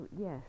yes